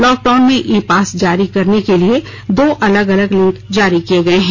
lockdown में e pass जारी करने के लिए दो अलग अलग लिंक जारी किए गए हैं